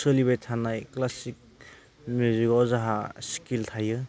सोलिबाय थानाय क्लासिक मिउजिकआव जोंहा स्केल थायो